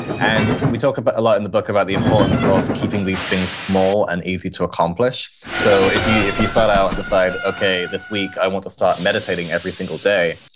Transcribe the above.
and we talk a but lot in the book about the importance of keeping these things small and easy to accomplish so if you if you start out and decide, okay, this week, i want to start meditating every single day.